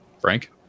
Frank